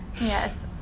Yes